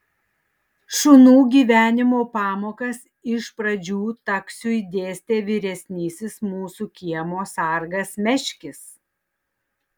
šunų gyvenimo pamokas iš pradžių taksiui dėstė vyresnysis mūsų kiemo sargas meškis